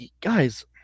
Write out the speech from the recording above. guys